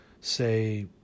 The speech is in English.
say